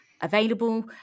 available